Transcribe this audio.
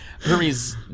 Hermes